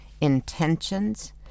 intentions